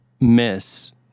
miss